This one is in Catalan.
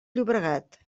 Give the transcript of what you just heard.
llobregat